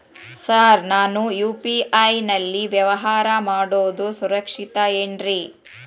Sir ನಾನು UPI ನಲ್ಲಿ ವ್ಯವಹಾರ ಮಾಡೋದು ಸುರಕ್ಷಿತ ಏನ್ರಿ?